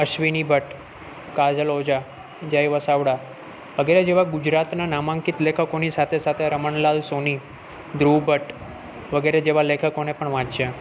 અશ્વિની ભટ્ટ કાજલ ઓઝા જય વસાવડા વગેરે જેવા ગુજરાતનાં નામાંકિત લેખકોની સાથે સાથે રમણલાલ સોની ધ્રુવ ભટ્ટ વગેરે જેવા લેખકોને પણ વાંચ્યા